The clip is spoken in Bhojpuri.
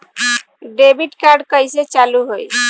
डेबिट कार्ड कइसे चालू होई?